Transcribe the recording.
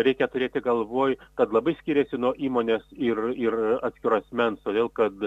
reikia turėti galvoj kad labai skiriasi nuo įmonės ir ir atskiro asmens todėl kad